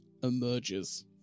emerges